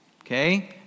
Okay